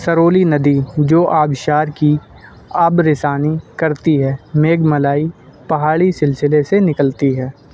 سرولی ندی جو آبشار کی آب رسانی کرتی ہے میگھملائی پہاڑی سلسلے سے نکلتی ہے